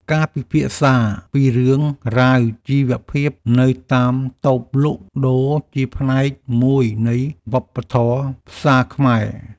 ការពិភាក្សាពីរឿងរ៉ាវជីវភាពនៅតាមតូបលក់ដូរជាផ្នែកមួយនៃវប្បធម៌ផ្សារខ្មែរ។